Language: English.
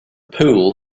pool